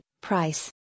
Price